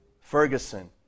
Ferguson